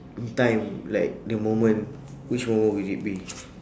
in time like the moment which moment would it be